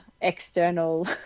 external